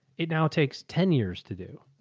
it now takes ten years to do.